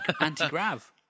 Anti-grav